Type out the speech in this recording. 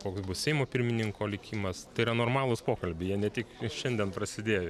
koks bus seimo pirmininko likimas tai yra normalūs pokalbiai jie ne tik šiandien prasidėjo